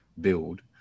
build